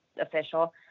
official